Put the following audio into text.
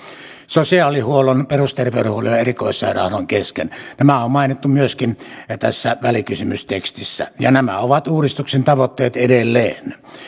sosiaalihuollon peruster veydenhuollon ja erikoissairaanhoidon kesken nämä on mainittu myöskin tässä välikysymystekstissä ja nämä ovat uudistuksen tavoitteet edelleen